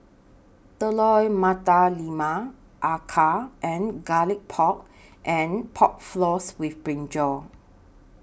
Telur Mata Lembu Acar and Garlic Pork and Pork Floss with Brinjal